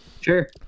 sure